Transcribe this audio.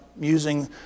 using